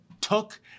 took